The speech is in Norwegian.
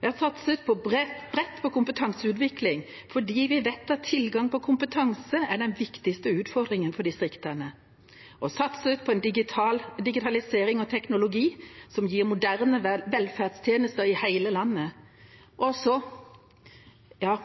Vi har satset bredt på kompetanseutvikling fordi vi vet at tilgang på kompetanse er den viktigste utfordringen for distriktene. Vi har satset på digitalisering av teknologi, som gir moderne velferdstjenester i hele landet, og sagt ja